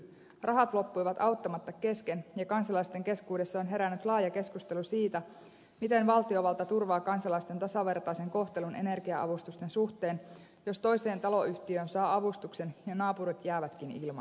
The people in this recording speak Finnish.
rahat loppuivat auttamatta kesken ja kansalaisten keskuudessa on herännyt laaja keskustelu siitä miten valtiovalta turvaa kansalaisten tasavertaisen kohtelun energia avustusten suhteen jos toiseen taloyhtiöön saa avustuksen ja naapurit jäävätkin ilman